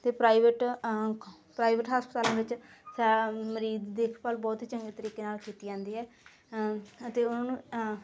ਅਤੇ private private ਹਸਪਤਾਲਾਂ ਵਿੱਚ ਮਰੀਜ਼ ਦੇਖਭਾਲ ਬਹੁਤ ਚੰਗੇ ਤਰੀਕੇ ਨਾਲ ਕੀਤੀ ਜਾਂਦੀ ਹੈ ਅਤੇ ਉਹਨੂੰ